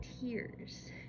tears